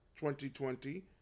2020